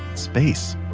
space.